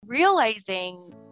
Realizing